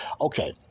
Okay